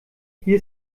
hier